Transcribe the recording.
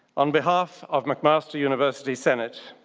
on behalf of mcmaster university senate,